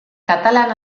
katalan